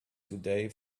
today